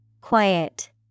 Quiet